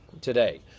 today